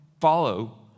follow